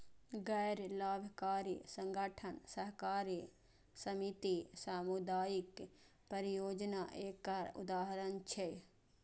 गैर लाभकारी संगठन, सहकारी समिति, सामुदायिक परियोजना एकर उदाहरण छियै